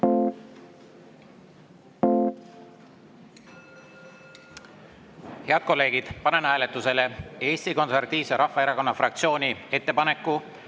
kolleegid, panen hääletusele Eesti Konservatiivse Rahvaerakonna fraktsiooni ettepaneku